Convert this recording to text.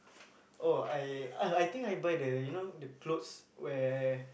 oh I I think I buy the you know clothes where